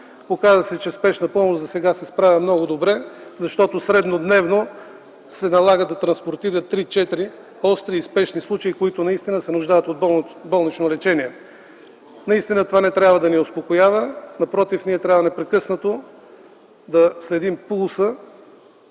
Оказа се, че „Спешна помощ” засега се справя много добре, защото среднодневно се налага да транспортира 3-4 остри и спешни случаи, които наистина се нуждаят от болнично лечение. Това не трябва да ни успокоява, напротив, ние трябва непрекъснато да следим пулса